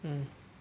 mm